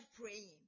praying